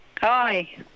Hi